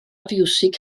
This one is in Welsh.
fiwsig